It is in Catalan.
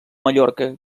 mallorca